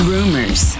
Rumors